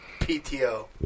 PTO